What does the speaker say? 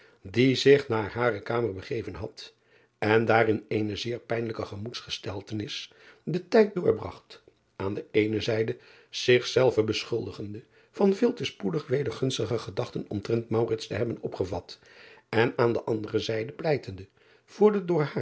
die zich naar hare kamer begeven had en daar in eene zeer pijnlijke gemoedsgesteltenis den tijd doorbragt aan de eene zijde zich zelve beschuldigende van veel te spoedig weder gunstige gedachten omtrent te hebben opgevat en aan de andere zijde pleitende voor den